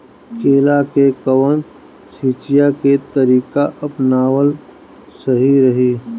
केला में कवन सिचीया के तरिका अपनावल सही रही?